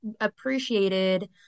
appreciated